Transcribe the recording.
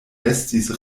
estis